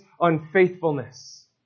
unfaithfulness